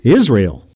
israel